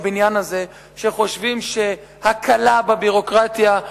בבניין הזה שחושבים שהקלה בביורוקרטיה,